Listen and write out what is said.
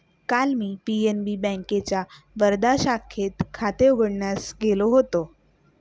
काल मी पी.एन.बी बँकेच्या वर्धा शाखेत खाते उघडण्यास गेलो होतो